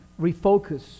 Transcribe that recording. refocus